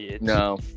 no